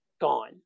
gone